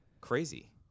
Crazy